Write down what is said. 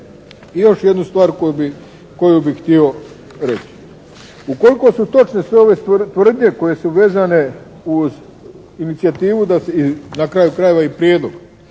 I još jednu stvar koju bih htio reći. Ukoliko su točne sve ove tvrdnje koje su vezane uz inicijativu i na kraju krajeva i prijedlog